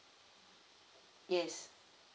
yes